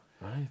Right